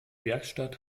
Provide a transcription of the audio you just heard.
werkstatt